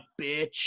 bitch